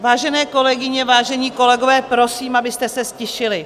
Vážené kolegyně, vážení kolegové, prosím, abyste se ztišili.